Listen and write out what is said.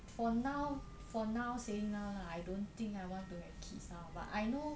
for now for now saying now lah I don't think I want to have kids now but I know